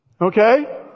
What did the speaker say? Okay